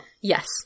Yes